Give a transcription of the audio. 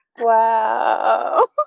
Wow